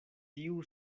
tiu